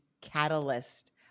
catalyst